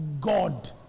God